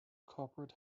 corporate